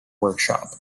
workshop